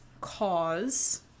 cause